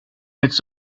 its